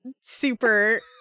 super